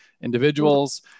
individuals